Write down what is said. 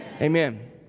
Amen